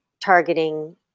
targeting